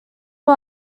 who